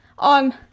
on